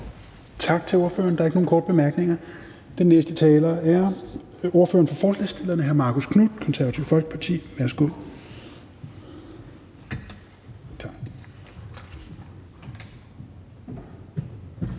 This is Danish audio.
Tak til ordføreren. Der er ikke nogen korte bemærkninger. Den næste taler er ordføreren for forslagsstillerne, hr. Marcus Knuth, Det Konservative Folkeparti. Værsgo.